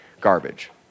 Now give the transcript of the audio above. garbage